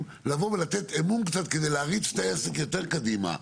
לתת אמון קצת כדי להריץ את העסק יותר קדימה,